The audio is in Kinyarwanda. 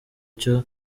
cyo